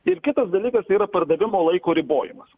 ir kitas dalykas tai yra pardavimo laiko ribojimas